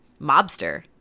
mobster